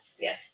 Yes